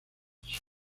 sur